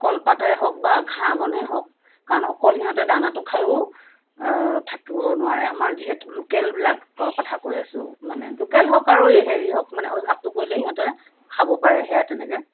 কলপাতে হওক বা ঘাঁহ বনেই হওক কাৰণ অকল সিহঁতে দানাটো খাইও থাকিব নোৱাৰে আমাৰ যিহেতু লোকেলবিলাকৰ কথা কৈ আছোঁ মানে লোকেল হওক আৰু হেৰি হওক মানে অভ্য়াসটো কৰিলে সিহঁতে খাব পাৰে সেয়া তেনেকৈ